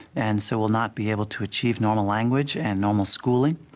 and so, will not be able to achieve normal language and normal schooling.